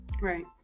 Right